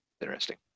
Interesting